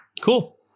Cool